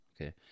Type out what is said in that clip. Okay